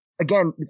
again